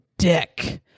dick